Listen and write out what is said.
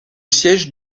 siège